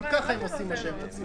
גם ככה הם עושים מה שהם רוצים.